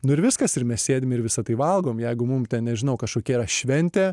nu ir viskas ir mes sėdim ir visa tai valgom jeigu mum ten nežinau kažkokia yra šventė